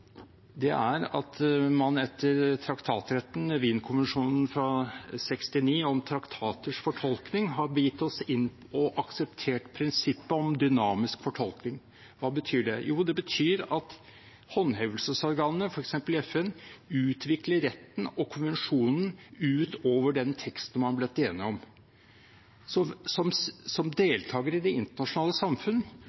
er at man etter traktatretten i Wien-konvensjonen fra 1969 om traktaters fortolkning har begitt oss inn på og akseptert prinsippet om dynamisk fortolkning. Hva betyr det? Jo, det betyr at håndhevelsesorganene, f.eks. FN, utvikler retten og konvensjonen utover den teksten man har blitt enige om. Som